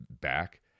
back